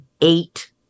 eight